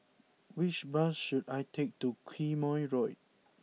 which bus should I take to Quemoy Road